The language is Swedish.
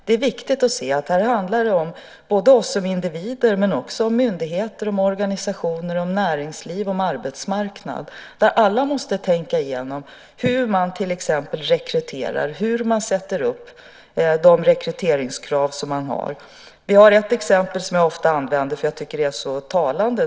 Det är viktigt att se att det här handlar om både oss som individer och om myndigheter, organisationer, näringsliv och arbetsmarknad. Alla måste tänka igenom hur man till exempel rekryterar, hur man sätter upp de rekryteringskrav som man har. Vi har ett exempel som jag ofta använder, därför att jag tycker att det är så talande.